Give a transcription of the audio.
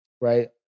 right